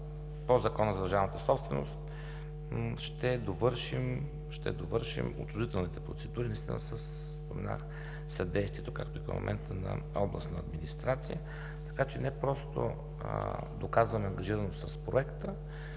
по Закона за държавната собственост ще довършим отчуждителните процедури наистина със съдействието, както и към момента, на областната администрация. Така че не просто доказваме ангажираност с проекта,